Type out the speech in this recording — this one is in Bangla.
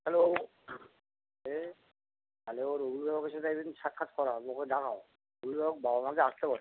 হ্যালো তাহলে ওর অভিভাবকের সাথে একদিন সাক্ষাৎ করা হবে ওকে জানাও তুমি ওর বাবা মাকে আসতে বলো